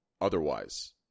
otherwise